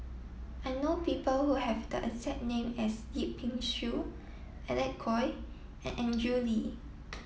I know people who have the exact name as Yip Pin Xiu Alec Kuok and Andrew Lee